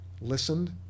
listened